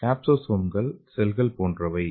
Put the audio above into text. கேப்சோசோம்கள் செல்கள் போன்றவை